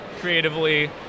creatively